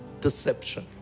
deception